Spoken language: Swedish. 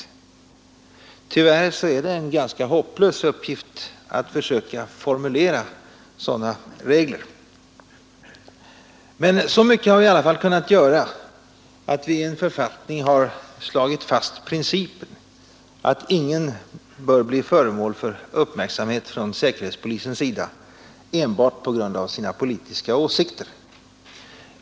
Tyvärr är det en ganska hopplös uppgift att försöka formulera sådana regler. Men så mycket har vi i alla fall kunnat göra att vi i en författning har slagit fast principen att ingen bör bli föremål för uppmärksamhet från säkerhetspolisens sida enbart på grund av sina politiska åsikter.